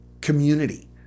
community